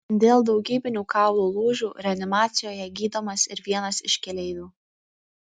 dėl daugybinių kaulų lūžių reanimacijoje gydomas ir vienas iš keleivių